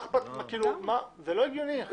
זה לא הגיוני.